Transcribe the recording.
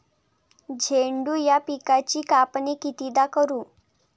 झेंडू या पिकाची कापनी कितीदा करू?